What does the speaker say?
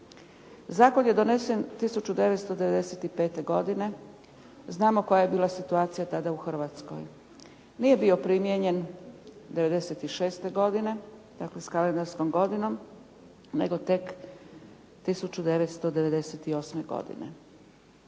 Zakon je donesen 1995. godine, znamo koja je bila situacija tada u Hrvatskoj. Nije bio primijenjen 96. godine, dakle s kalendarskom godinom nego tek 1998. godine.